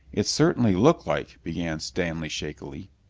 it certainly looked like began stanley shakily.